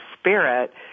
spirit